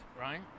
right